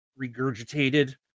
regurgitated